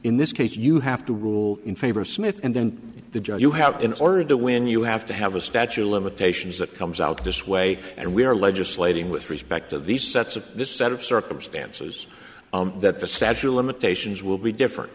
in this case you have to rule in favor of smith and then the judge you have in order to win you have to have a statue of limitations that comes out this way and we are legislating with respect of these sets of this set of circumstance says that the statue of limitations will be different